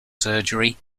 surgery